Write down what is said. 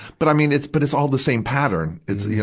but, i mean, it's, but it's all the same pattern. it's, you